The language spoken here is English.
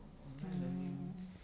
mm